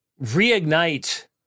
reignite